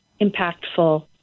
impactful